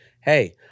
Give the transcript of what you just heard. hey